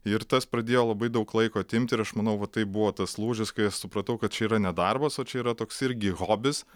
ir tas pradėjo labai daug laiko atimt ir aš manau va tai buvo tas lūžis kai supratau kad čia yra ne darbas o čia yra toks irgi hobis